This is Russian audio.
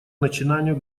начинанию